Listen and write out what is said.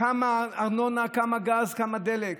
כמה ארנונה, כמה גז, כמה דלק,